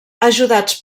ajudats